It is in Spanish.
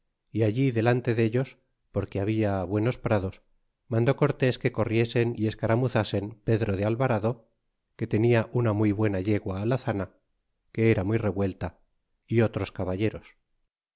y allí delante dellos porque habla buenos prados mandó cortés que corriesen y escaramuzasen pedro de alvarado que tenia una muy buena yegua alazana que era muy revuelta y otros caballeros